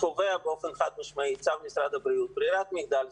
קובע באופן חד משמעי צו משרד הבריאות ברירת מחדל,